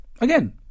again